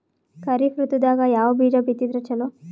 ಖರೀಫ್ ಋತದಾಗ ಯಾವ ಬೀಜ ಬಿತ್ತದರ ಚಲೋ?